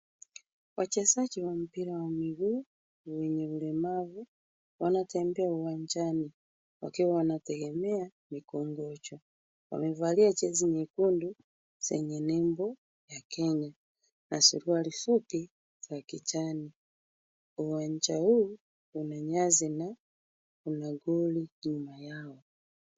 Wachezaji wa mpira wa miguu wenye ulemavu wanatembea uwanjani wakiwa wanategemea mikongojo. Wamevalia jezi nyekundu zenye nembo ya Kenya na suruali fupi za kijani. Uwanja huu una nyasi na una goli nyuma yao.